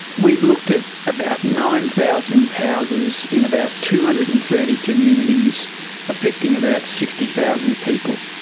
we've looked at about nine thousand houses in about two hundred and thirty communities affecting about sixty thousand people.